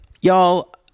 Y'all